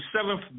seventh